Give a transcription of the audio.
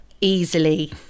easily